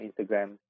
Instagram